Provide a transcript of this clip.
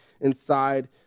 inside